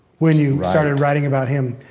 when you started writing about him.